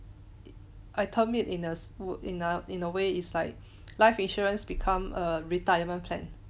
I term it in a w~ in a in a way is like life insurance become a retirement plan